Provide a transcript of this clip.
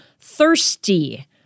Thirsty